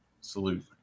Salute